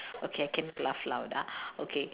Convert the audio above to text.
okay I cannot laugh loud ah okay